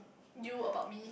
you about me